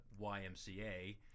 YMCA